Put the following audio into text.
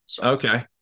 Okay